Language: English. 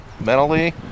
mentally